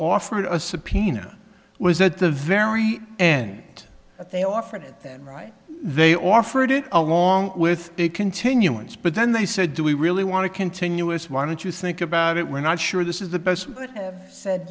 offered a subpoena was at the very end they offered it right they offered it along with a continuance but then they said do we really want to continue is why don't you think about it we're not sure this is the best